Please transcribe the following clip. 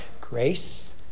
Grace